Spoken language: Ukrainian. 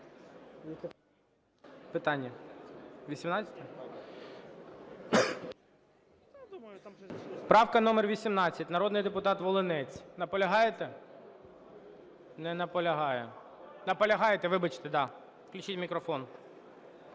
ГОЛОВУЮЧИЙ. Правка номер 18, народний депутат Волинець. Наполягаєте? Не наполягає. Наполягаєте, вибачте, да. Включіть мікрофон.